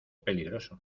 peligroso